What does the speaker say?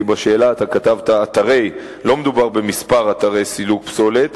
כי בשאלה כתבת "אתרי"; לא מדובר בכמה אתרי סילוק פסולת,